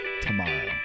tomorrow